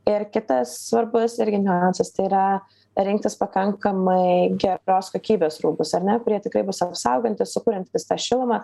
ir kitas svarbus irgi niuansas tai yra rinktis pakankamai geros kokybės rūbus ar ne kurie tikrai bus apsaugantys sukuriantys tą šilumą